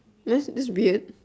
thats's that's weird